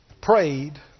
prayed